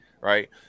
right